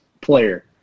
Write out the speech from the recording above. player